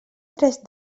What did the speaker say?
tres